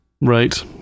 Right